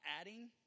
adding